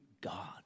God